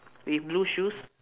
with blue shoes